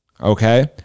Okay